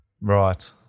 Right